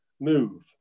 move